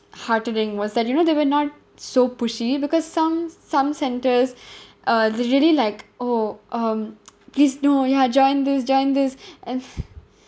heartening was that you know they were not so pushy because some some centres uh they really like oh um please no ya join this join this and